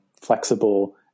flexible